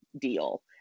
deal